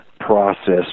process